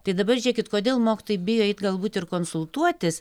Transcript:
tai dabar žiūrėkit kodėl mokytojai bijo eit galbūt ir konsultuotis